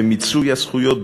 במיצוי הזכויות,